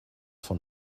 von